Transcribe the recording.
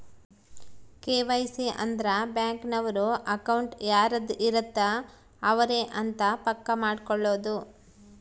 KYC ಅಂದ್ರ bank ನವರು account ಯಾರದ್ ಇರತ್ತ ಅವರೆ ಅಂತ ಪಕ್ಕ ಮಾಡ್ಕೊಳೋದು